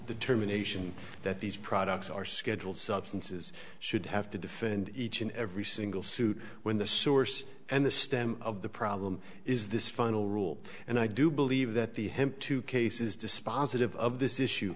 determination that these products are scheduled substances should have to defend each and every single suit when the source and the stem of the problem is this final rule and i do believe that the hemp two case is dispositive of this issue